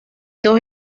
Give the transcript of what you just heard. dos